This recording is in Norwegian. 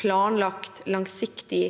planlagt langsiktig